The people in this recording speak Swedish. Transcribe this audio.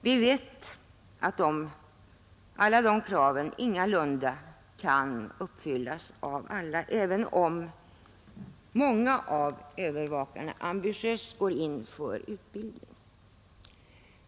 Vi vet att alla de kraven ingalunda kan uppfyllas av alla, även om många av övervakarna ambitiöst går in för utbildning.